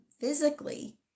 physically